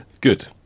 good